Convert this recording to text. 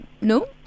No